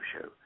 show